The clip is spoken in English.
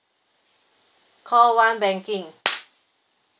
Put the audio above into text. call one banking